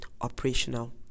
operational